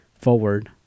forward